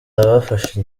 abafashe